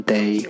Day